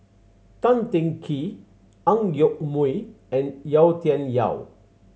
Tan Teng Kee Ang Yoke Mooi and Yau Tian Yau